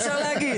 אפשר להגיד.